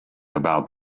about